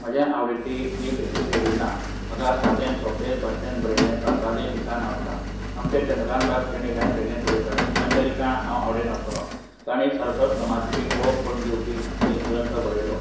म्हज्या आवडीची एक अशी शैली ना म्हाका सादें सोंपें भाशेन बरयले प्रसादेक लिखाण आवडटा आमचे चंद्रकांतबाब केणी ह्या शैलींत बरयताले तांच्या लिखाण हांव आवडीन वाचतलों ताणें सरस्वत समाजाची वळख करून दिवपी एक ग्रंथ बरयलो